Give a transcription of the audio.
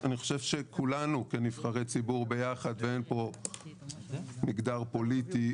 אני חושב שכולנו כנבחרי ציבור ביחד ואין פה מגדר פוליטי,